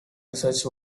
research